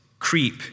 Creep